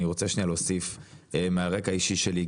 אני רוצה להוסיף מהרקע האישי שלי,